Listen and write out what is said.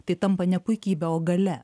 tai tampa ne puikybe o galia